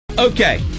Okay